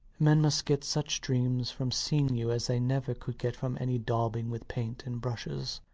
men must get such dreams from seeing you as they never could get from any daubing with paints and brushes.